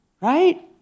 right